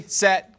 set